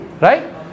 right